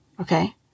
Okay